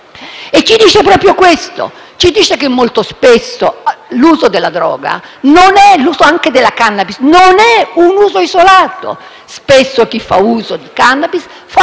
e ci dice proprio questo. Ci dice che molto spesso l'uso della droga - anche della *cannabis* - non è isolato. Spesso chi fa uso di *cannabis*,